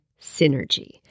synergy